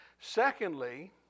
secondly